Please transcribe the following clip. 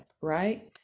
Right